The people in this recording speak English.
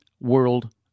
world